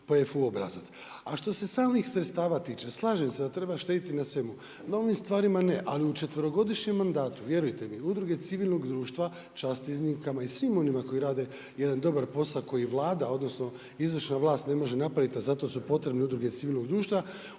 obrazac. A što se samih sredstava tiče, slažem se da treba štediti na svemu. Na ovim stvarima ne, ali u četverogodišnjem mandatu, vjerujte mi udruge civilnog društva, čast iznimkama i svim koji rade jedan dobar posao, koji Vlada, odnosno izvršna vlast ne može napraviti, a zato su potrebne udruge civilnog društva